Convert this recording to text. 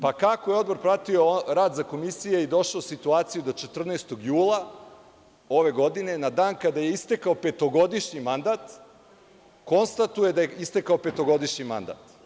Pa, kako je Odbor pratio rad Komisije i došao u situaciju da 14. jula ove godine, na dan kada je istekao petogodišnji mandat, konstatuje da je istekao petogodišnji mandat?